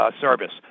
service